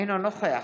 אינו נוכח